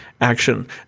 action